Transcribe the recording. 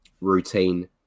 routine